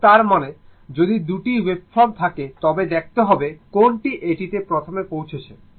সুতরাং তার মানে যদি 2 টি ওয়েভফর্ম থাকে তবে দেখতে হবে কোনটি এটিতে প্রথমে পৌঁছাচ্ছে